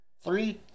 Three